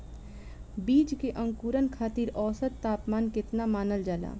बीज के अंकुरण खातिर औसत तापमान केतना मानल जाला?